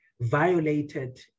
violated